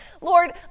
Lord